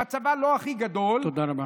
שמצבה לא הכי גדול, תודה רבה.